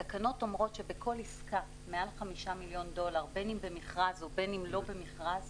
התקנות אומרות שבכל עסקה מעל 5 מיליון דולר בין במכרז ובין לא במכרז,